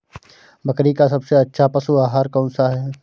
बकरी का सबसे अच्छा पशु आहार कौन सा है?